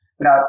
Now